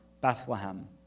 Bethlehem